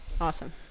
Awesome